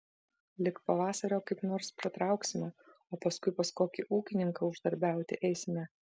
lig pavasario kaip nors pratrauksime o paskui pas kokį ūkininką uždarbiauti eisime